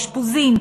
אשפוזים,